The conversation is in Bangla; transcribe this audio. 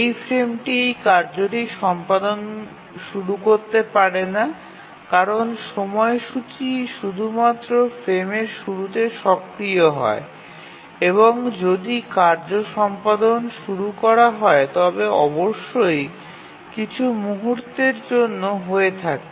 এই ফ্রেমটি এই কার্যটি সম্পাদন শুরু করতে পারে না কারণ সময়সূচী শুধুমাত্র ফ্রেমের শুরুতে সক্রিয় হয় এবং যদি কার্য সম্পাদন শুরু করা হয় তবে অবশ্যই কিছু মুহুর্তে জন্য হয়ে থাকে